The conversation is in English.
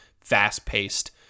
fast-paced